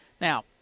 Now